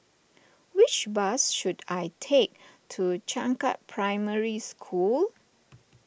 which bus should I take to Changkat Primary School